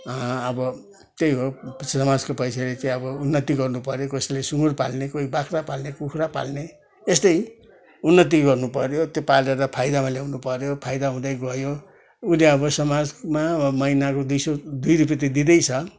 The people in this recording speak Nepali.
अब त्यही हो समाजको पैसाले चाहिँ अब उन्नति गर्नुपर्यो कसैले सुँगुर पाल्ने कोही बाख्रा पाल्ने कुखुरा पाल्ने यस्तै उन्नति गर्नुपर्यो त्यो पालेर फाइदामा ल्याउन पर्यो फाइदा हुँदै गयो उसले अब समाजमा महिनाको दुई सौ दुई रुपियाँ त दिँदैछ